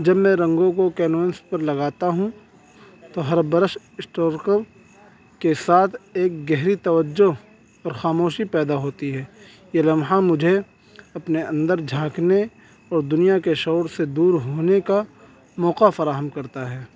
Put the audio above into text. جب میں رنگوں کو کینونس پر لگاتا ہوں تو ہر برش اسٹور کو کے ساتھ ایک گہری توجہ اور خاموشی پیدا ہوتی ہے یہ لمحہ مجھے اپنے اندر جھانکنے اور دنیا کے شور سے دور ہونے کا موقع فراہم کرتا ہے